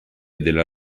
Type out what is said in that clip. della